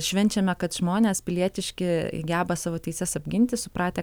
švenčiame kad žmonės pilietiški geba savo teises apginti supratę